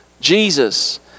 Jesus